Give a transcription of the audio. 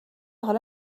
حالا